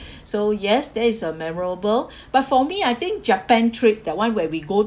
so yes that is a memorable but for me I think japan trip that [one] where we go